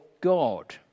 God